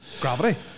Gravity